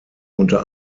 unter